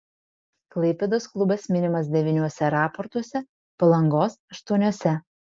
klaipėdos klubas minimas devyniuose raportuose palangos aštuoniuose